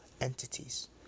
entities